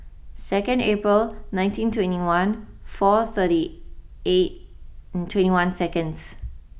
second April nineteen twenty one four thirty eight twenty one seconds